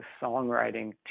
songwriting